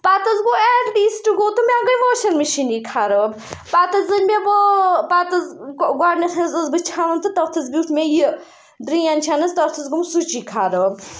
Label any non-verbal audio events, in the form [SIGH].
پَتہٕ حظ گوٚو ایٹلیٖسٹہٕ گوٚو تہٕ مےٚ گیٚے واشنٛگ مِشیٖنٕے خراب پَتہٕ حظ أنۍ مےٚ [UNINTELLIGIBLE] پَتہٕ حظ گۄڈٕنٮ۪تھٕے حظ ٲسٕس بہٕ چھَلان تہٕ تَتھ حظ بیوٗٹھ مےٚ یہِ ڈرٛین چھَ نہٕ حظ تَتھ حظ گووُم سُچی خراب